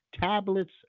tablets